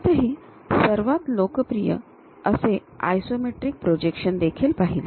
त्यातही सर्वात लोकप्रिय असे आयसोमेट्रिक प्रोजेक्शन देखील पहिले